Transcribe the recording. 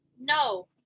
No